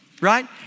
right